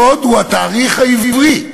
הקוד הוא התאריך העברי.